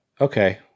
Okay